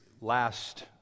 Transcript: last